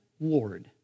Lord